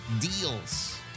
deals